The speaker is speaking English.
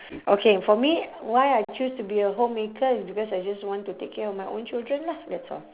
okay for me why I choose to be a homemaker is because I just want to take care of my own children lah that's all